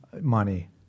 money